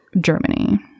Germany